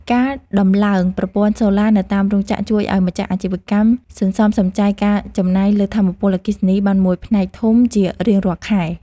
ការដំឡើងប្រព័ន្ធសូឡានៅតាមរោងចក្រជួយឱ្យម្ចាស់អាជីវកម្មសន្សំសំចៃការចំណាយលើថាមពលអគ្គិសនីបានមួយផ្នែកធំជារៀងរាល់ខែ។